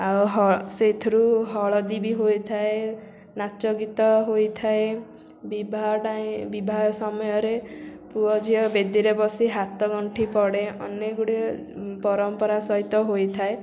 ଆଉ ହଁ ସେଇଥିରୁ ହଳଦୀ ବି ହୋଇଥାଏ ନାଚ ଗୀତ ହୋଇଥାଏ ବିିବାହ ପାଇଁ ବିବାହ ସମୟରେ ପୁଅ ଝିଅ ବେଦୀରେ ବସି ହାତଗଣ୍ଠି ପଡ଼େ ଅନେକ ଗୁଡ଼ିଏ ପରମ୍ପରା ସହିତ ହୋଇଥାଏ